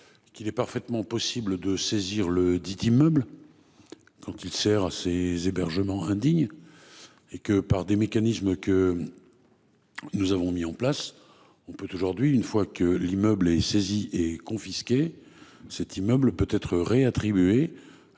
Qu'il est parfaitement possible de saisir le dites immeuble. Quand il sert ses hébergements indignes. Et que par des mécanismes que. Nous avons mis en place. On peut aujourd'hui, une fois que l'immeuble et saisis et confisqués cet immeuble peut être réattribué.